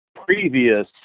previous